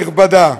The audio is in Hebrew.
כנסת נכבדה,